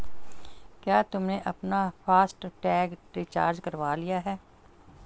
क्या तुमने अपना फास्ट टैग रिचार्ज करवा लिया है?